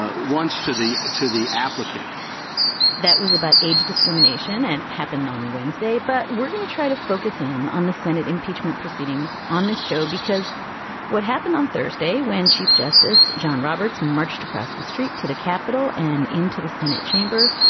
ah once to the to the applicant that was about age discrimination and happened on wednesday but we're going to try to focus in on the senate impeachment proceedings on this show, because what happened on thursday when chief justice john roberts marched across the street to the capitol and into the senate chamber?